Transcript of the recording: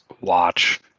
watch